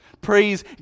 Praise